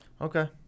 Okay